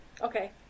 Okay